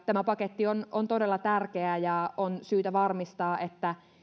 tämä paketti on on todella tärkeä ja on syytä varmistaa että